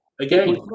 again